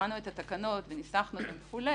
ובחנו את התקנות, ניסחנו אותן וכו',